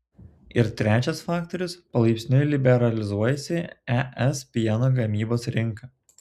ir trečias faktorius palaipsniui liberalizuojasi es pieno gamybos rinka